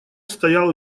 стоял